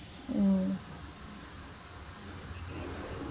mm